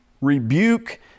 rebuke